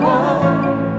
one